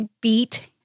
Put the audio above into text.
beat